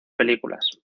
películas